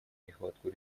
нехватку